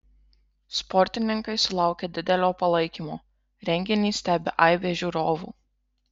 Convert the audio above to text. sportininkai sulaukia didelio palaikymo renginį stebi aibė žiūrovų